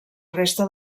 resta